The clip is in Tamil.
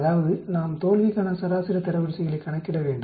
அதாவது நாம் தோல்விக்கான சராசரி தரவரிசைகளைக் கணக்கிட வேண்டும்